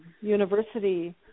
university